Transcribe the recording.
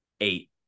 eight